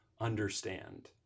understand